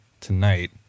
tonight